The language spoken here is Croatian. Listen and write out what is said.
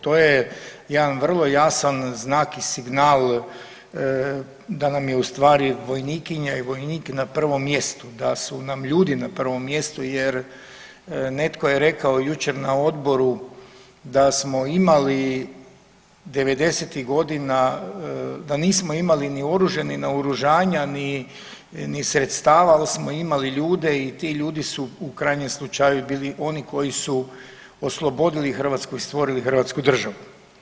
To je jedan vrlo jasan znak i signal da nam je ustvari vojnikinja i vojnik na prvom mjestu, da su nam ljudi na prvom mjestu jer netko je rekao jučer na odboru da smo imali 90-ih godina, da nismo imali ni oružje ni naoružanja ni sredstava ali smo imali ljude i ti ljudi su u krajnjem slučaju biti oni koji su oslobodili Hrvatsku i stvorili hrvatsku državu.